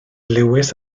lewis